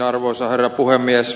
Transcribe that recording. arvoisa herra puhemies